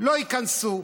לא ייכנסו.